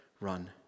run